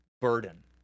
burden